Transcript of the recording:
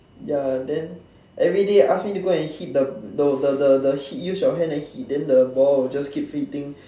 ya than everyday ask me go and hit the the the hit use your hand and hit than the ball will just keep hitting